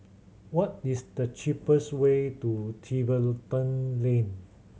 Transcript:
what is the cheapest way to Tiverton Lane